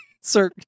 Sir